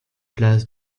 place